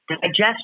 digestion